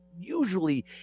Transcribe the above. Usually